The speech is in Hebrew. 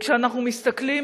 וכשאנחנו מסתכלים,